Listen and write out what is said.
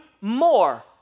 more